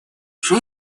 что